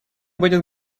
будет